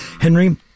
Henry